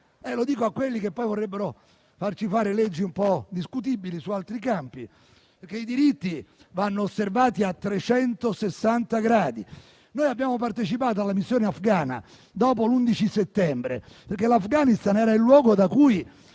archiviare? A quelli che vorrebbero farci approvare leggi un po' discutibili su altri campi ricordo che i diritti vanno osservati a 360 gradi. Abbiamo partecipato alla missione afghana dopo l'11 settembre, perché l'Afghanistan era il luogo da cui